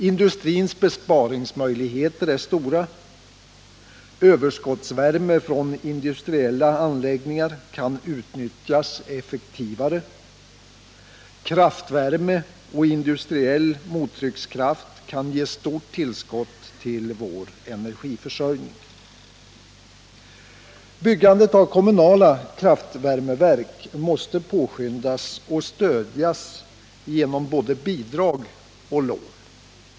Industrins besparingsmöjligheter är stora. Överskottsvärme från industriella anläggningar kan utnyttjas effektivare. Kraftvärme och industriell mottryckskraft kan ge stort tillskott till vår energiförsörjning. Byggandet av kommunala kraftvärmeverk måste påskyndas och stödjas genom både bidrag och lån.